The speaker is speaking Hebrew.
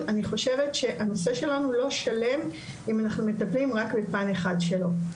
אני חושבת שהנושא שלנו לא שלם אם אנחנו מטפלים רק בפן אחד שלו.